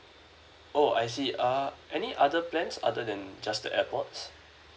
oh I see err any other plans other than just the airpods